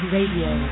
Radio